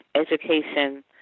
education